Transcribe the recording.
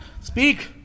speak